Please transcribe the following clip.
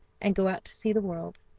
and go out to see the world.